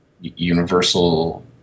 universal